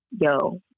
yo